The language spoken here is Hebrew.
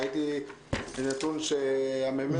ראיתי נתון של הממ"מ.